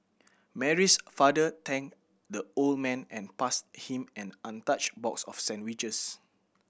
Mary's father thanked the old man and passed him an untouched box of sandwiches